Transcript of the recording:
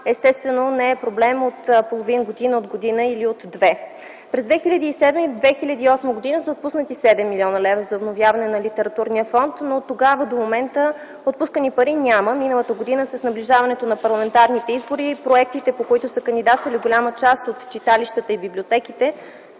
естествено не е проблем от половин година, от година или от две. През 2007-2008 г. са отпуснати 7 млн. лв. за обновяване на литературния фонд, но оттогава до момента отпускани пари няма. Миналата година с наближаването на парламентарните избори проектите, по които са кандидатствали голяма част от читалищата и библиотеките